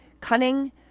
cunning